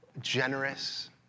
generous